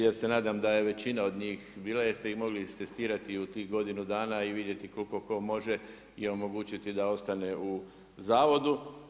Ja se nadam da je većina od njih bila, jer ste ih mogli istestirati u tih godinu dana i vidjeti koliko tko može i omogućiti da ostane u Zavodu.